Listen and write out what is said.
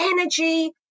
energy